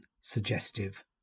suggestive